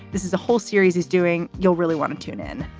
this is a whole series is doing. you'll really want to tune in.